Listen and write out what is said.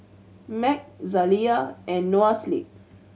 MAG Zalia and Noa Sleep